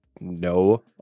no